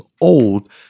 old